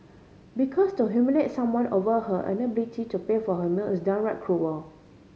because to humiliate someone over her inability to pay for her meal is downright cruel